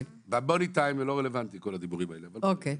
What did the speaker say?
ב-money time כל הדיבורים האלה לא רלוונטיים.